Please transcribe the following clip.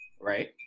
Right